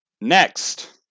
Next